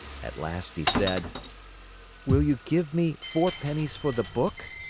at last he said will you give me four pennies for the book?